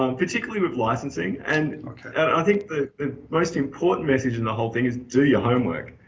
um particularly with licensing. and i think that the most important message in the whole thing is do your homework,